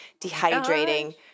dehydrating